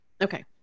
Okay